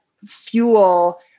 fuel